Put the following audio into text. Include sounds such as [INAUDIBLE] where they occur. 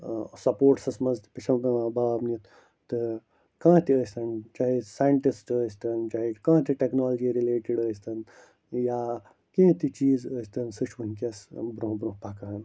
سَپوٹسس منٛز تہِ [UNINTELLIGIBLE] باب نِتھ تہٕ کانٛہہ تہِ ٲستن چاہے سینٹسٹ ٲستن چاہے کانٛہہ تہِ ٹیٚکنالجی رِلیٹڈ ٲستن یا کیٚنٛہہ تہِ چیٖز ٲستن سُہ چھُ وُنکٮ۪س برٛونٛہہ برٛۄنٛہہ پَکان